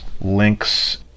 links